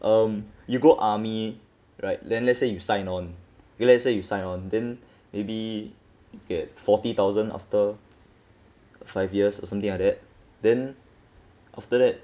um you go army right then let's say you sign on if let's say you sign on then maybe get forty thousand after five years or something like that then after that